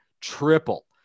triple